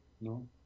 no